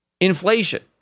inflation